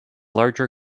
larger